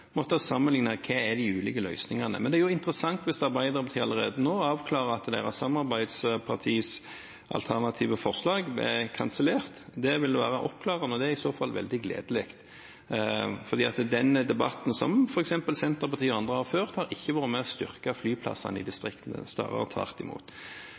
måtte sammenligne hva de ulike løsningene er. Det er interessant hvis Arbeiderpartiet allerede nå avklarer at deres samarbeidspartiers alternative forslag blir kansellert. Det ville være oppklarende. Det er i så fall veldig gledelig, for denne debatten som f.eks. Senterpartiet og andre har ført, har ikke vært med på å styrke flyplassene i distriktene, snarere tvert imot.